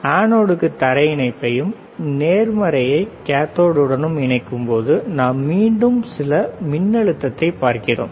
அனோடுக்கு தரை இணைப்பையும் நேர்மறையை கேத்தோடுடனும் இணைக்கும்போது நாம் மீண்டும் சில மின்னழுத்தத்தை பார்க்கிறோம்